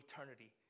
eternity